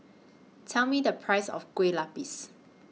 Tell Me The Price of Kueh Lupis